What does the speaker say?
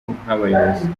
nk’abayobozi